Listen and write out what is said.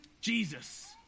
Jesus